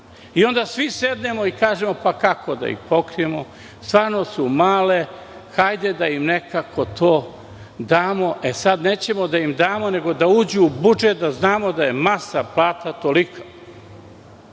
Onda svi sednemo i kažemo – kako da ih pokrijemo, stvarno su male, hajde da im nekako to damo. Sada nećemo da im damo, nego da uđu u budžet, da znamo da je masa plata tolika